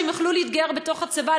שהם יוכלו להתגייר בתוך הצבא,